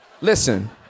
listen